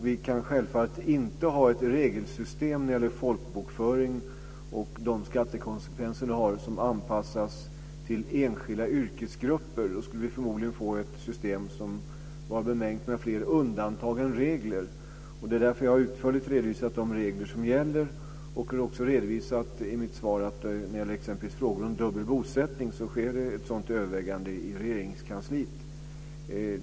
Vi kan självfallet inte ha ett regelsystem när det gäller folkbokföring och de skattekonsekvenser som det har som anpassas till enskilda yrkesgrupper. Då skulle vi förmodligen få ett system som var bemängt med fler undantag än regler. Det är därför som jag utförligt har redovisat de regler som gäller. Jag har också i mitt svar redovisat att när det gäller t.ex. frågan om dubbel bosättning så sker ett sådant övervägande i Regeringskansliet.